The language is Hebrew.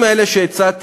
הזו.